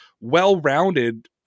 well-rounded